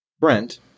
Brent